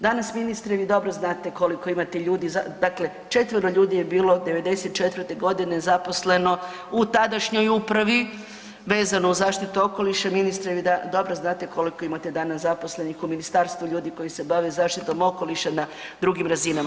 Danas ministri vi dobro znate koliko imate ljudi, dakle 4-ero ljudi je bilo '94.g. zaposleno u tadašnjoj upravi vezano uz zaštitu okoliša, ministre vi dobro znate koliko imate danas zaposlenih u ministarstvu ljudi koji se bave zaštitom okoliša na drugim razinama.